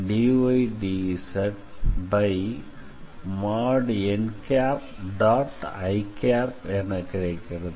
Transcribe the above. i| என கிடைக்கிறது